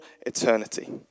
eternity